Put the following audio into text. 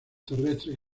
terrestres